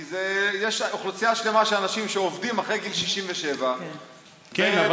כי יש אוכלוסייה שלמה של אנשים שעובדים אחרי גיל 67. כן,